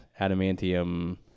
adamantium